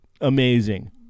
amazing